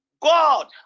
God